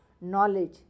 knowledge